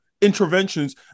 interventions